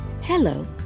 Hello